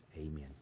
Amen